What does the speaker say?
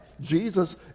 Jesus